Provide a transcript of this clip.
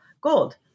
gold